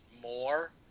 more